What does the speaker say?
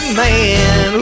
man